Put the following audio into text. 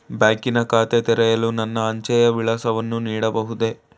ಬ್ಯಾಂಕಿನ ಖಾತೆ ತೆರೆಯಲು ನನ್ನ ಅಂಚೆಯ ವಿಳಾಸವನ್ನು ನೀಡಬಹುದೇ?